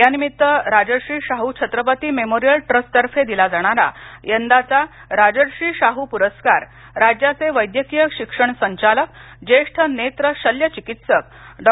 या निमित्त राजर्षी शाहू छत्रपती मेमोरियल ट्रस्टतर्फे दिला जाणारा यंदाचा राजर्षी शाहू पुरस्कार राज्याचे वैद्यकीय शिक्षण संचालक ज्येष्ठ नेत्र शल्यचिकित्सक डॉ